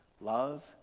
Love